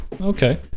Okay